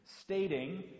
stating